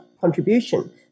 contribution